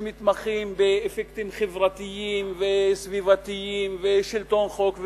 שמתמחים באפקטים חברתיים וסביבתיים ושלטון חוק,